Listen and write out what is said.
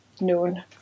known